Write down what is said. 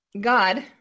God